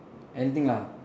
anything lah